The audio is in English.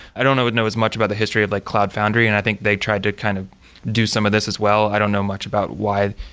i don't know but know as much about the history of like cloud foundry. and i think they tried to kind of do some of this as well. i don't know much about why,